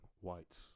whites